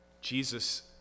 Jesus